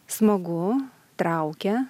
smagu traukia